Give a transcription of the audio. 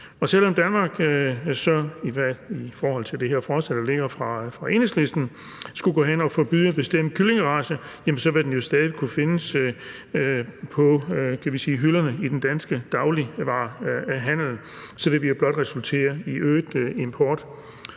gå hen og forbyde en bestemt kyllingerace, vil den jo stadig væk kunne findes på hylderne i den danske dagligvarehandel, og så vil det blot resultere i øget import.